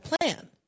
plan